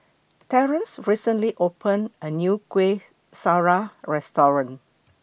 Terance recently opened A New Kuih Syara Restaurant